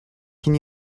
can